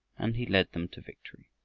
and he led them to victory!